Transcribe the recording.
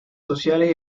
sociales